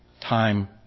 time